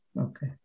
Okay